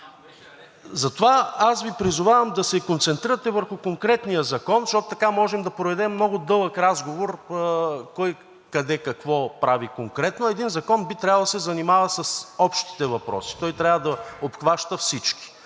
Затова аз Ви призовавам да се концентрирате върху конкретния закон, защото така можем да проведем много дълъг разговор кой, къде, какво прави конкретно, а един закон би трябвало да се занимава с общите въпроси, трябва да обхваща всички.